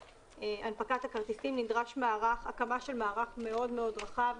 הנפקת הכרטיסים נדרשת הקמה של מערך מאוד מאוד רחב